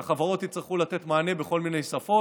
שהחברות יצטרכו לתת מענה בכל מיני שפות.